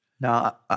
Now